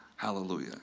Hallelujah